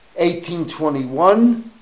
1821